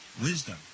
Wisdom